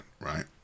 right